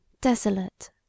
desolate